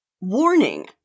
Warning